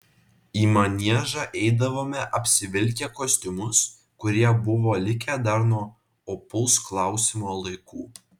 į maniežą eidavome apsivilkę kostiumus kurie buvo likę dar nuo opaus klausimo laikų